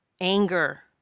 anger